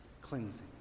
cleansing